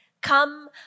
come